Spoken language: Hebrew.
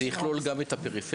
זה יכלול גם את הפריפריה?